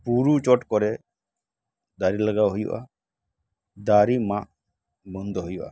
ᱵᱩᱨᱩ ᱪᱚᱴ ᱠᱚᱨᱮ ᱫᱟᱨᱮ ᱞᱟᱜᱟᱣ ᱦᱩᱭᱩᱜᱼᱟ ᱫᱟᱨᱮ ᱢᱟᱜ ᱵᱚᱱᱫᱚ ᱦᱩᱭᱩᱜᱼᱟ